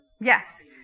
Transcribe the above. Yes